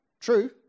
True